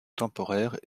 temporaire